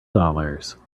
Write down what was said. dollars